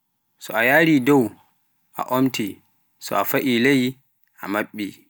So ayaari dow a omti, so faai ley a maɓɓi.